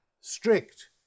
strict